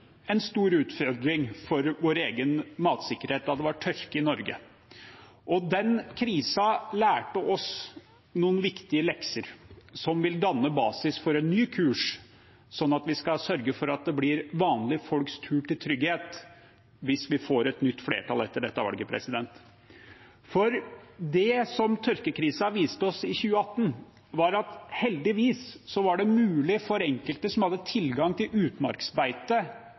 en stor utfordring i vår egen matsikkerhet da det var tørke i Norge. Den krisen lærte oss noen viktige lekser som vil danne basis for en ny kurs, slik at vi skal sørge for vanlig folks behov for trygghet hvis vi får et nytt flertall etter dette valget. Det tørkekrisen viste oss i 2018, var at det heldigvis var mulig for enkelte som hadde tilgang til utmarksbeite,